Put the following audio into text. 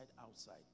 outside